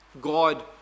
God